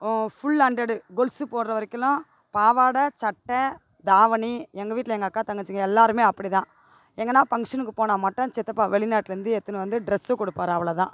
full handed கொலுசு போடுற வரைக்கும்லாம் பாவாடை சட்டை தாவணி எங்கள் வீட்டில் எங்கள் அக்கா தங்கச்சிங்க எல்லோருமே அப்படிதான் எங்கேனா பங்க்ஷனுக்கு போனால் மட்டும் சித்தப்பா வெளிநாட்டுலேருந்து எடுத்துன்னு வந்து ட்ரெஸ்ஸு கொடுப்பாரு அவ்வளோதான்